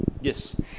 Yes